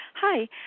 Hi